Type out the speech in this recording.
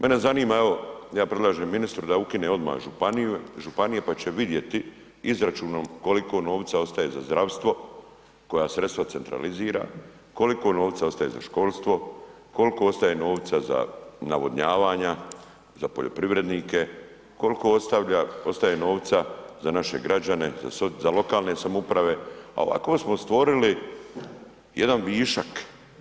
Mene zanima, evo ja predlažem ministru da ukine odmah županije pa će vidjeti izračunom koliko novca ostaje za zdravstvo, koja sredstva centralizira, koliko novca ostaje za školstvo, koliko ostaje novca na navodnjavanja, za poljoprivrednike, koliko ostaje novca za naše građane, za lokalne samouprave, a ovako smo stvorili jedan višak.